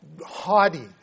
haughty